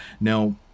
now